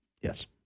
Yes